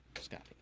scotty